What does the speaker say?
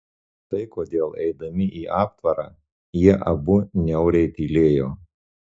štai kodėl eidami į aptvarą jie abu niauriai tylėjo